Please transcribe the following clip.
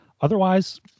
Otherwise